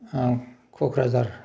Kokrajhar